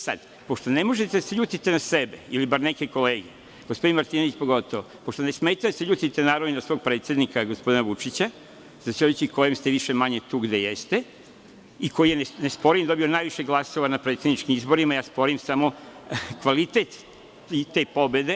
Sada, pošto ne možete da se ljutite na sebe ili neke kolege, gospodin Martinović pogotovo, pošto ne smete da se ljutite ni na svog predsednika, gospodina Vučića, zahvaljujući kojem ste tu gde jeste i koji je nesporivo dobio najviše glasova na predsedničkim izborima, sporim samo kvalitet pobede.